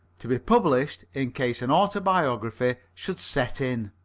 to be published in case an autobiography should set in.